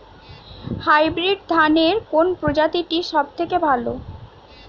Hybrid ধানের কোন প্রজীতিটি সবথেকে ভালো?